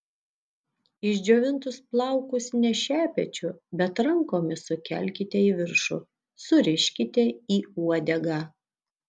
išdžiovintus plaukus ne šepečiu bet rankomis sukelkite į viršų suriškite į uodegą